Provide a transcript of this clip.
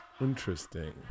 Interesting